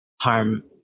harm